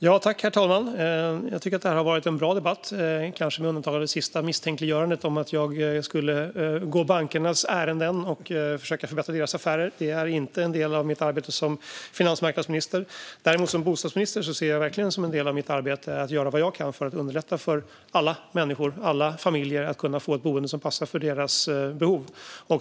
Herr talman! Jag tycker att det här har varit en bra debatt, kanske med undantag av det sista misstänkliggörandet om att jag skulle gå bankernas ärenden och försöka förbättra deras affärer. Det är inte en del av mitt arbete som finansmarknadsminister. Som bostadsminister ser jag det dock verkligen som en del av mitt arbete att göra vad jag kan för att underlätta för alla människor och alla familjer att få ett boende som passar för deras behov.